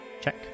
check